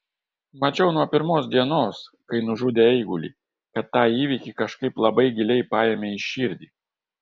mačiau nuo pirmos dienos kai nužudė eigulį kad tą įvykį kažkaip labai giliai paėmei į širdį